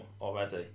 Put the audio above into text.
already